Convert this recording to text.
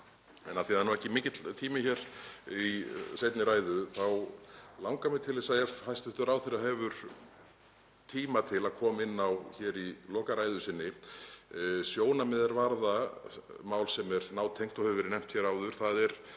Af því að það er nú ekki mikill tími í seinni ræðu þá langar mig til þess — ef hæstv. ráðherra hefur tíma til að koma inn á í lokaræðu sinni sjónarmið er varða mál sem er nátengt og hefur verið nefnt hér áður, þ.e.